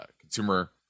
consumer